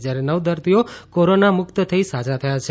જ્યારે નવ દર્દીઓ કોરોનામુક્ત થઇ સાજા થયા છે